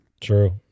True